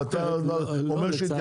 ואתה אומר שיתייחסו?